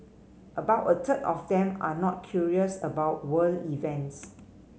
about a third of them are not curious about world events